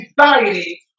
anxiety